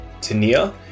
Tania